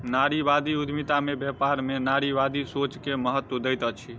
नारीवादी उद्यमिता में व्यापार में नारीवादी सोच के महत्त्व दैत अछि